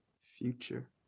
Future